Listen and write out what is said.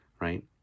right